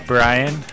Brian